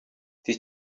die